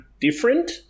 different